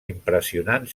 impressionant